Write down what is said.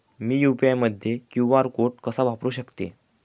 मी UPI मध्ये QR code कसा वापरु शकते?